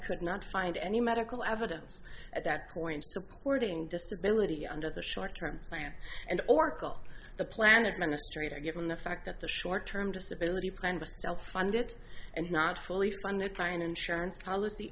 could not find any medical evidence at that point supporting disability under the short term plan and or call the planet ministry that given the fact that the short term disability plans were self funded and not fully funded by an insurance policy